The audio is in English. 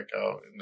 out